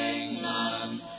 England